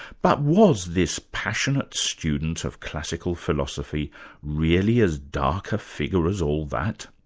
but was this passionate student of classical philosophy really as dark a figure as all that?